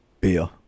Beer